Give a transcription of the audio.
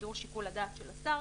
גידור שיקול הדעת של השר